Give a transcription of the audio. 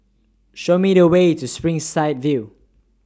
Show Me The Way to Springside View